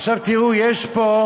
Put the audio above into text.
עכשיו תראו: יש פה,